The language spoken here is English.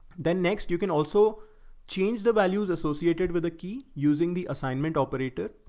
then next, you can also change the values associated with the key using the assignment operator.